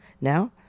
Now